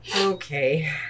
Okay